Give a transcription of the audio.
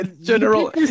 General